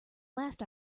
last